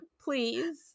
Please